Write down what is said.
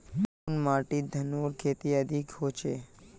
कुन माटित धानेर खेती अधिक होचे?